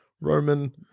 Roman